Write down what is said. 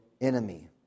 enemy